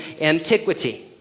antiquity